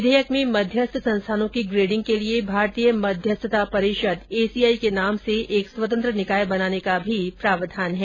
विधेयक में मध्यस्थ संस्थानों की ग्रेडिंग के लिए भारतीय मध्यस्थता परिषद् एसीआई के नाम से एक स्वतंत्र निकाय बनाने का भी प्रावधान है